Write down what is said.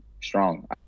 strong